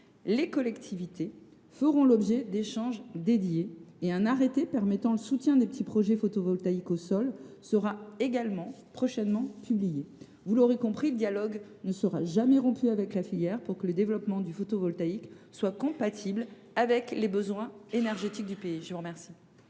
Les collectivités feront l’objet d’échanges dédiés. Un arrêté permettant le soutien des petits projets photovoltaïques au sol sera également prochainement publié. Vous l’avez compris, le dialogue ne sera jamais rompu avec la filière, pour que le développement du photovoltaïque soit compatible avec les besoins énergétiques du pays. La parole